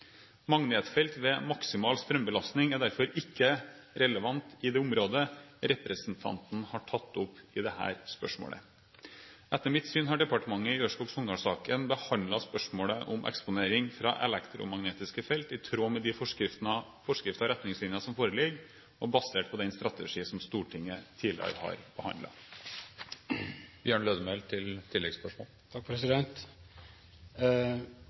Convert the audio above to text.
Magnetfelt ved maksimal strømbelastning er derfor ikke relevant i det området representanten har tatt opp i dette spørsmålet. Etter mitt syn har departementet i Ørskog–Sogndal-saken behandlet spørsmålet om eksponering fra elektormagnetiske felt i tråd med de forskrifter og retningslinjer som foreligger, og basert på den strategi som Stortinget tidligere har